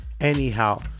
Anyhow